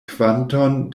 kvanton